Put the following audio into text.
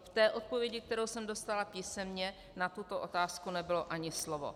V odpovědi, kterou jsem dostala písemně, na tuto otázku nebylo ani slovo.